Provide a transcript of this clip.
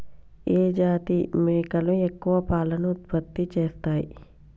ఏ జాతి మేకలు ఎక్కువ పాలను ఉత్పత్తి చేస్తయ్?